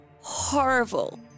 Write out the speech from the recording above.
horrible